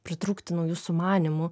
pritrūkti naujų sumanymų